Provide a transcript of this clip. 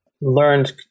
learned